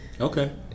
Okay